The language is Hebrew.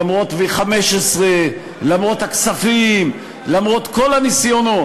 למרות V15, למרות הכספים, למרות כל הניסיונות,